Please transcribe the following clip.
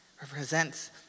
Represents